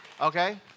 Okay